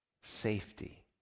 Safety